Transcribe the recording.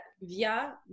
via